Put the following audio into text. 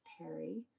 Perry